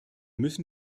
müssen